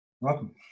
welcome